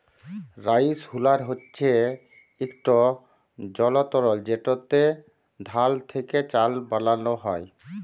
rice huller হছে ইকট যলতর যেটতে ধাল থ্যাকে চাল বালাল হ্যয়